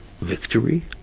victory